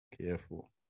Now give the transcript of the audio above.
Careful